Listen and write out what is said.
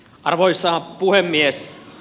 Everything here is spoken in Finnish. arvoisa puhemies